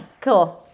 Cool